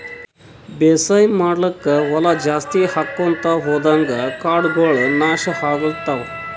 ಬೇಸಾಯ್ ಮಾಡ್ಲಾಕ್ಕ್ ಹೊಲಾ ಜಾಸ್ತಿ ಆಕೊಂತ್ ಹೊದಂಗ್ ಕಾಡಗೋಳ್ ನಾಶ್ ಆಗ್ಲತವ್